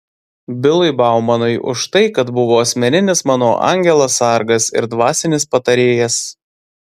bilui baumanui už tai kad buvo asmeninis mano angelas sargas ir dvasinis patarėjas